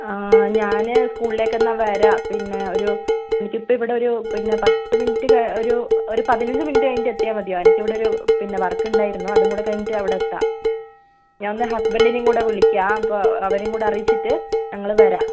ഞാന് സ്കൂളിലേക്ക് എന്നാൽ വരാം പിന്നെ ഒരു എനിക്കിപ്പം ഒരു പത്ത് മിനിറ്റ് ഒരു പതിനഞ്ച് മിനിറ്റ് കഴിഞ്ഞിട്ട് എത്തിയാൽ മതിയോ എനിക്ക് ഇവിടെ പിന്നെ ഒരു വര്ക്ക് ഉണ്ടായിരുന്നു എന്നാൽ അതും കൂടെ കഴിഞ്ഞിട്ട് അവിടെ എത്താം ഞാന് എന്നാൽ ഹസ്ബന്ഡിനെ കൂടേ വിളിക്കാം അപ്പോൾ അവരെയും കൂടെ അറിയിച്ചിട്ട് ഞങ്ങൾ വരാം